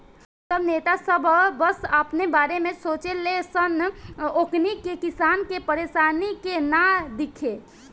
सब नेता सन बस अपने बारे में सोचे ले सन ओकनी के किसान के परेशानी के ना दिखे